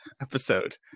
episode